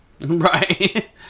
Right